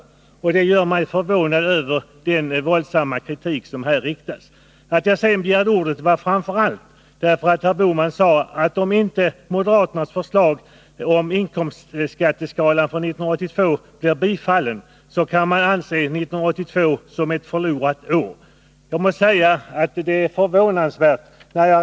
Detta gör att jag är förvånad över den våldsamma kritik som här riktats mot trepartiförslaget. Jag begärde framför allt ordet därför att herr Bohman sade att man kan betrakta 1982 som ett förlorat år, om inte moderaternas förslag till inkomstskatteskalor för 1982 blir bifallet. Jag måste säga att det är ett förvånansvärt uttalande.